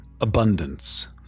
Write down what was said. abundance